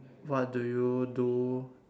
what do you do